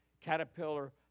caterpillar